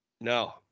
no